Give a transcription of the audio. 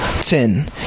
Ten